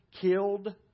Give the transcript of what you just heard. killed